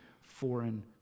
foreign